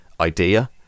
idea